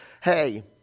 hey